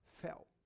fell